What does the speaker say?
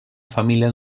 família